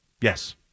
Yes